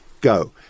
go